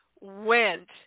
went